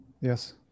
Yes